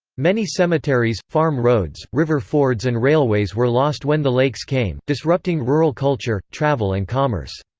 many cemeteries, farm roads, river fords and railways were lost when the lakes came, disrupting rural culture, travel and commerce.